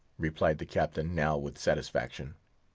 replied the captain, now with satisfaction.